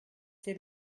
c’est